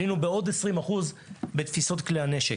עלינו בעוד 20% בתפיסת כלי הנשק.